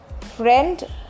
friend